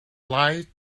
life